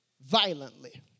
Violently